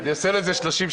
אני עושה לו את זה 30 שנה.